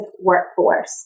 workforce